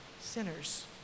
sinners